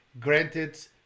granted